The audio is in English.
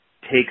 Takes